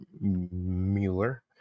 Mueller